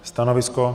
Stanovisko?